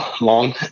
long